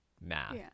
math